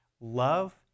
love